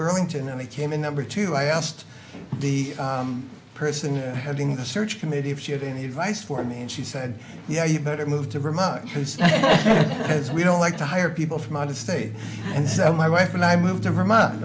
burlington and they came in number two i asked the person heading the search committee if she had any advice for me and she said yeah you better move to vermont has as we don't like to hire people from out of state and so my wife and i moved to vermont